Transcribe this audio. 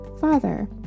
Father